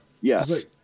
yes